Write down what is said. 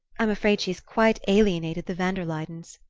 i'm afraid she's quite alienated the van der luydens.